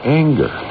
anger